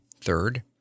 Third